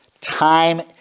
time